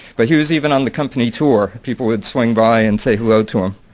but he was even on the company tour. people would swing by and say hello to him.